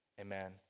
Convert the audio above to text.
Amen